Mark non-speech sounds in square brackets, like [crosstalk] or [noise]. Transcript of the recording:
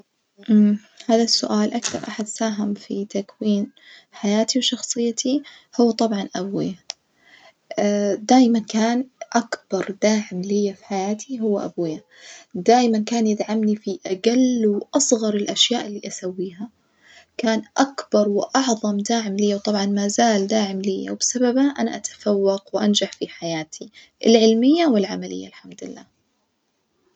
[hesitation] هذا السؤال أكثر أحد ساهم في تكوين حياتي وشخصيتي هو طبعًا أبويا، [hesitation] دايمًا كان أكبر داعم ليا في حياتي هو أبويا، دايمًا كان يدعمني في أجل وأصغر الأشياء اللي أسويها، كان أكبر وأعظم داعم ليا وطبعًا ما زال داعم ليا وبسببه أنا أتفوق وأنجح بحياتي، العلمية والعملية الحمدلله.